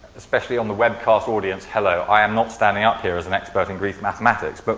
especially on the web cast audience, hello, i am not standing up here as an expert in greek mathematics. but